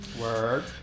Word